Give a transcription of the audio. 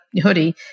hoodie